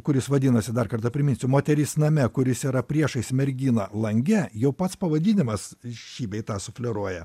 kuris vadinasi dar kartą priminsiu moteris name kuris yra priešais merginą lange jau pats pavadinimas šį bei tą sufleruoja